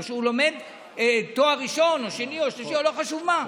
לומד תואר ראשון או שני או שלישי או לא חשוב מה,